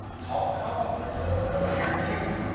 talk calmly so it knows you're a human.